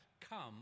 come